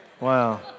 Wow